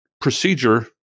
procedure